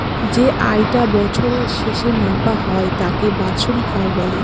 যে আয় টা বছরের শেষে মাপা হয় তাকে বাৎসরিক আয় বলে